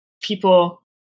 people